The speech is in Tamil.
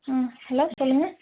ம் ஹலோ சொல்லுங்க